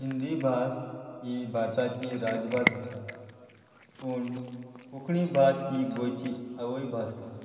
हिंदी भास ही भारताची राजभास आसा पूण कोंकणी भास ही गोंयची आवय भास आसा